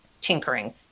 tinkering